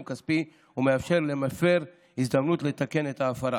כספי ומאפשר למפר הזדמנות לתקן את ההפרה.